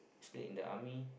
stay in the army